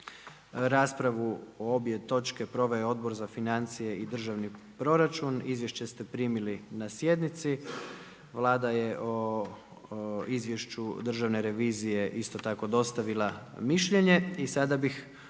Raspravu o obje točke proveo je Odbor za financije i državni proračun. Izvješće ste primili na sjednici. Vlada je o izvješću Državne revizije isto tako dostavila mišljenje. I sada bih